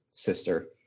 sister